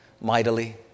mightily